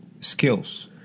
skills